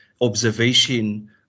observation